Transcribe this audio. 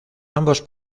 ambos